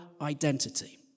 identity